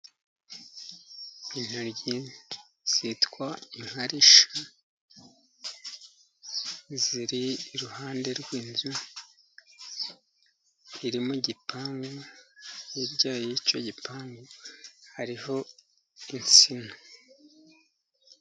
Intoryi zitwa inkarishya ziri iruhande rw'inzu iri mu igipangu, hirya y'icyo gipangu hariho insina.